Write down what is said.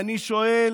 אני שואל: